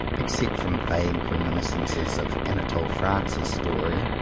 except from vague reminiscences of anatole france's story.